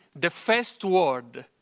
the first word